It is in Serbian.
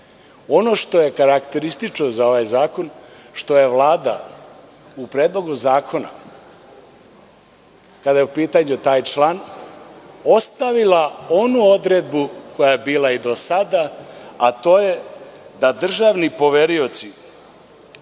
itd. Ono što je karakteristično za ovaj zakon je što je Vlada u Predlogu zakona, kada je u pitanju taj član, ostavila onu odredbu koja je bila i do sada, a to je da državni poverioci